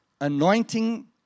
anointing